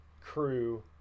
crew